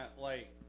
lake